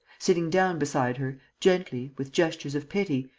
sitting down beside her, gently, with gestures of pity,